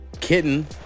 Kitten